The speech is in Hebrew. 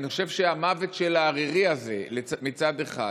אני חושב שלגבי המוות של הערירי הזה מצד אחד